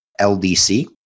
LDC